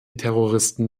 terroristen